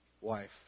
wife